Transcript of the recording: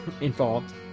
involved